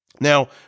Now